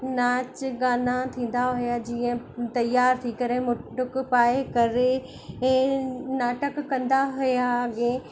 नाच गाना थींदा हुआ जीअं तयार थी करे मुटुक पाए करे इहे नाटक कंदा हुआ अॻिए